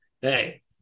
hey